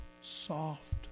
soft